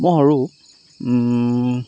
মই সৰু